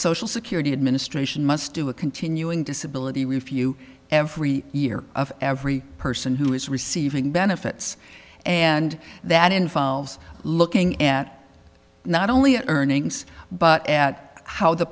social security administration must do a continuing disability review every year of every person who is receiving benefits and that involves looking at not only earnings but at how the